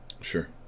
Sure